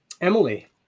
Emily